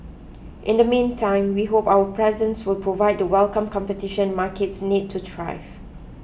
in the meantime we hope our presence will provide the welcome competition markets need to thrive